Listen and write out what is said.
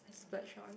splurge on